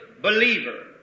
believer